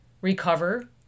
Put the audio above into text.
recover